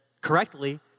correctly